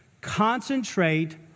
Concentrate